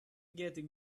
getting